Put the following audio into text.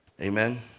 Amen